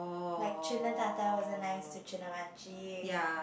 like wasn't nice to